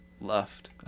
left